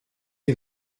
les